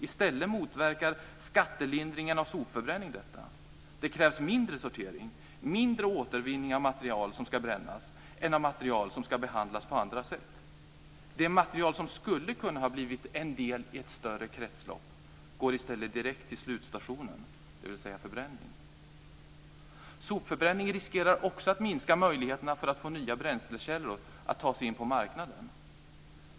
I stället motverkar skattelindringen av sopförbränningen detta. Det krävs mindre sortering och mindre återvinning av material som ska brännas än av material som ska behandlas på andra sätt. Det material som skulle ha kunnat ha blivit en del i ett större kretslopp går i stället direkt till slutstationen, dvs. förbränning. Sopförbränning riskerar också att minska möjligheterna för att få nya bränslekällor att ta sig in på marknaden.